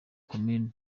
komini